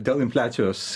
dėl infliacijos